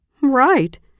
Right